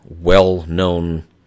well-known